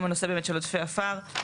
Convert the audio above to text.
גם הנושא באמת של עודפי עפר.